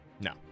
No